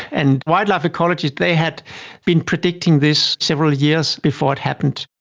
and wildlife ecologists, they had been predicting this several years before it happened.